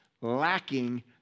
lacking